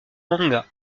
manga